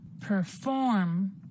Perform